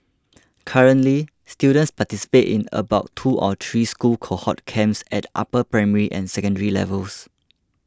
currently students participate in about two or three school cohort camps at upper primary and secondary levels